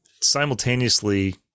simultaneously